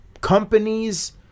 companies